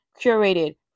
curated